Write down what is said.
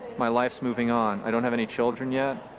my life's moving on. i don't have any children yet,